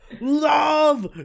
Love